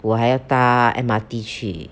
我还要搭 M_R_T 去